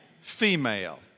female